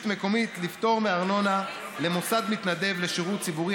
המקומית לפטור מארנונה למוסד מתנדב לשירות הציבור),